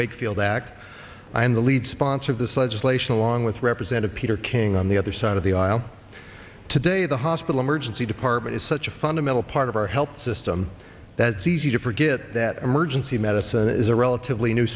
wakefield act i am the lead sponsor of this legislation along with represent a peter king on the other side of the aisle today the hospital emergency department is such a fundamental part of our health system that's easy to forget that emergency medicine is a relatively new